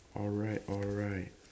alright alright